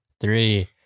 three